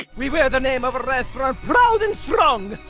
we we wear the name of our restaurant proud and strong!